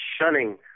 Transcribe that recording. shunning